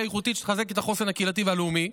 איכותית שתחזק את החוסן הקהילתי והלאומי,